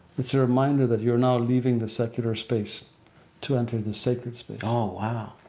it's a reminder that you're now leaving the secular space to enter the sacred space. oh wow.